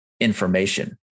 information